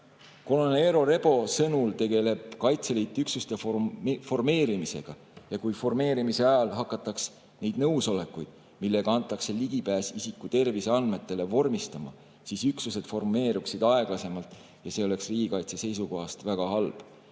Kolonel Eero Rebo sõnul tegeleb Kaitseliit üksuste formeerimisega ja kui formeerimise ajal hakataks neid nõusolekuid, millega antakse ligipääs isiku terviseandmetele, vormistama, siis üksused formeeruksid aeglasemalt ja see oleks riigikaitse seisukohast väga halb.